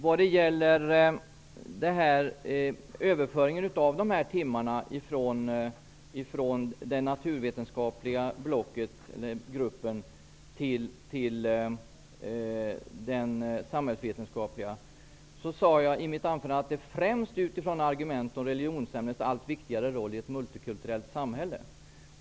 När det gäller överföringen av timmarna från den naturvetenskapliga gruppen till den samhällsvetenskapliga sade jag i mitt anförande att det främst sker utifrån argument om religionsämnets allt viktigare roll i ett multikulturellt samhälle.